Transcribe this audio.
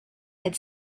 had